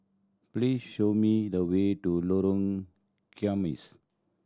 please show me the way to Lorong